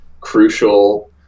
crucial